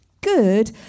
Good